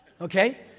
Okay